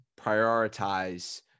prioritize